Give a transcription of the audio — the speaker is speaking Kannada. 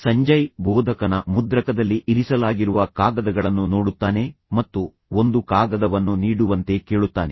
ಸಂಜಯ್ ಬೋಧಕನ ಮುದ್ರಕದಲ್ಲಿ ಇರಿಸಲಾಗಿರುವ ಕಾಗದಗಳನ್ನು ನೋಡುತ್ತಾನೆ ಮತ್ತು ಒಂದು ಕಾಗದವನ್ನು ನೀಡುವಂತೆ ಕೇಳುತ್ತಾನೆ